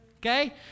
okay